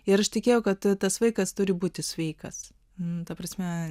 ir aš tikėjau kad tas vaikas turi būti sveikas ta prasme